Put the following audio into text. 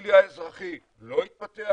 הכלי האזרחי לא התפתח,